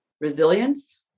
resilience